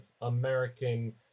American